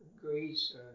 grace